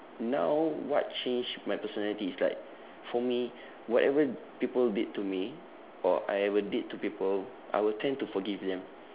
now what changed my personality is like for me whatever people did to me or I ever did to people I will tend to forgive them